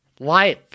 Life